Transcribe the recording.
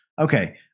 okay